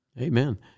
Amen